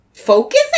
focus